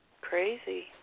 Crazy